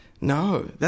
No